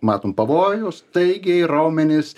matom pavojų staigiai raumenys